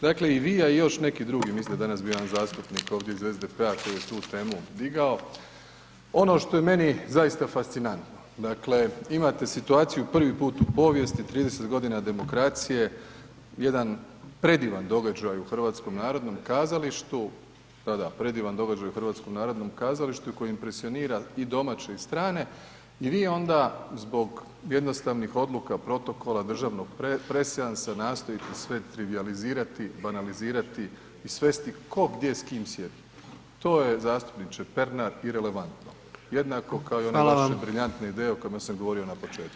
Dakle, i vi, a i još neki drugi, mislim da je danas bio jedan zastupnik ovdje iz SDP-a koji je tu temu digao, ono što je meni zaista fascinantno, dakle imate situaciju prvi put u povijesti, 30.g. demokracije, jedan predivan događaj u HNK-u, tada predivan događaj u HNK-u koji impresionira i domaće i strane i vi onda zbog jednostavnih odluka, protokola, državnog preseansa nastojite sve trivijalizirati, banalizirati i svesti tko gdje s kim sjedi, to je zastupniče Pernar irelevantno, jednako kao [[Upadica: Hvala vam]] i ona vaše brilijantne ideja o kojima sam govorio na početku.